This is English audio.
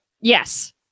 Yes